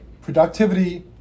productivity